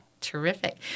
Terrific